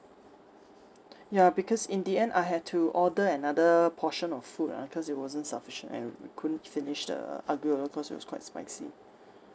ya because in the end I have to order another portion of food ah cause it wasn't sufficient and I couldn't finish the aglio olio cause it was quite spicy